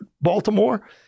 Baltimore